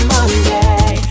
Monday